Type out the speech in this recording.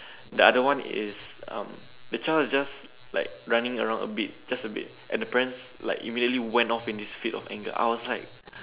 the other one is um the child is just like running around a bit just a bit and the parents like immediately went off in this fit of anger I was like